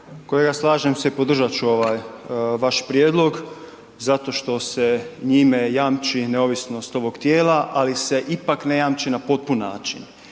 Kolega slažem se, podržat ću ovaj vaš prijedlog zato što se njime jamči neovisnost ovog tijela, ali se ipak ne jamči na potpun način.